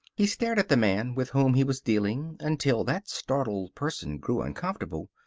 he stared at the man with whom he was dealing until that startled person grew uncomfortable.